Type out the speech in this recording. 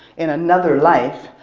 in another life,